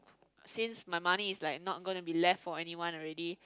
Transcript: since my money is like not gonna be left for anyone already